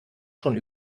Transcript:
schon